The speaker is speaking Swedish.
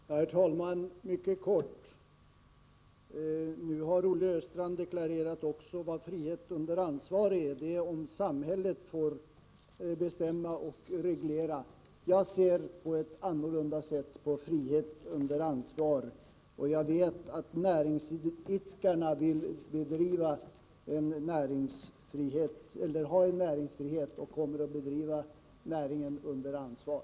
Herr talman! Jag skall fatta mig mycket kort. Nu har Olle Östrand deklarerat vad frihet under ansvar är. Det är om samhället får bestämma och reglera. Jag ser annorlunda på frihet under ansvar, och jag vet att näringsidkarna vill ha näringsfrihet och kommer att bedriva näringen under ansvar.